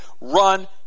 run